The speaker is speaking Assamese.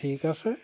ঠিক আছে